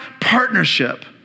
partnership